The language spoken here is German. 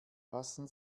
passen